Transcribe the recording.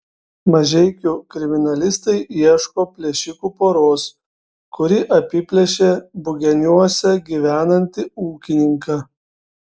mažeikių kriminalistai ieško plėšikų poros kuri apiplėšė bugeniuose gyvenantį ūkininką